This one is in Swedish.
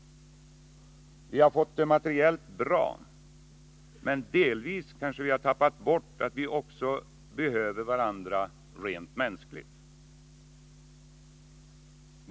Vi har fått det materiellt bra, men vi har delvis kanske tappat bort att vi också behöver varandra rent mänskligt.